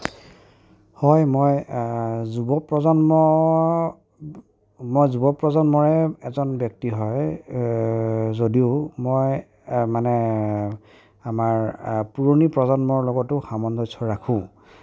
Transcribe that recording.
হয় মই যুৱ প্ৰজন্মৰ মই যুৱ প্ৰজন্মৰে এজন ব্যক্তি হয় যদিও মই মানে আমাৰ পুৰণি প্ৰজন্মৰ লগতো সামঞ্জস্য় ৰাখোঁ